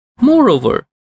Moreover